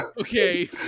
okay